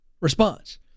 response